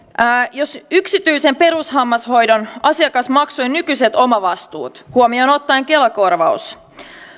jos yksityisen perushammashoidon asiakasmaksujen nykyiset omavastuut huomioon ottaen kela korvaus